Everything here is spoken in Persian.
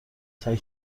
سعی